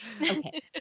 Okay